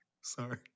Sorry